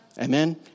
Amen